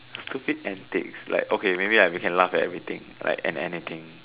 stupid antics like okay maybe I we can laugh at everything like and anything